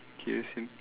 K same